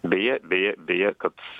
beje beje beje kad